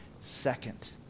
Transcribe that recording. second